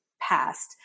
past